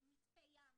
'מצפה ים',